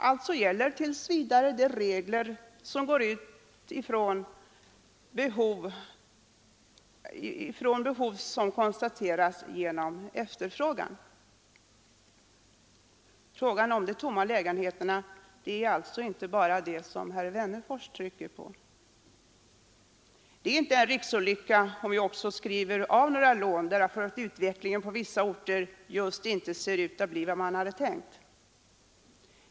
Alltså gäller tills vidare de regler som utgår från behov som konstaterats genom efterfrågan. Problemet med de tomma lägenheterna gäller alltså inte bara det som herr Wennerfors trycker på. Det är inte någon riksolycka om vi skriver av några lån därför att utvecklingen på vissa orter inte ser ut att bli den man hade tänkt.